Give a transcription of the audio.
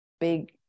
big